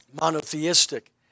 monotheistic